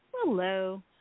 Hello